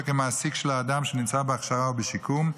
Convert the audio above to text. כמעסיק של האדם שנמצא בהכשרה או בשיקום.